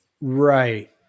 right